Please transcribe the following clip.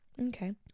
Okay